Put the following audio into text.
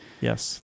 Yes